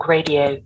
Radio